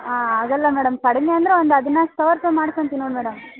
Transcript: ಹಾಂ ಆಗೋಲ್ಲ ಮೇಡಮ್ ಕಡಿಮೆ ಅಂದರೆ ಒಂದು ಹದಿನಾಲ್ಕು ಸಾವಿರ ರುಪಾಯಿ ಮಾಡ್ಕೊತೀನಿ ನೋಡಿ ಮೇಡಮ್